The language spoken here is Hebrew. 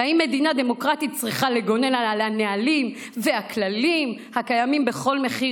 האם מדינה דמוקרטית צריכה לגונן על הנהלים והכללים הקיימים בכל מחיר,